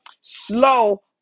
slow